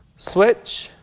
switch,